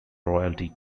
royalty